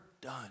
done